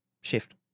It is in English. shift